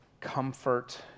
comfort